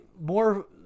more